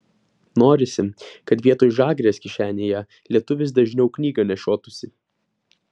norisi kad vietoj žagrės kišenėje lietuvis dažniau knygą nešiotųsi